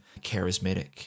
charismatic